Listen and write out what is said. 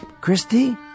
Christy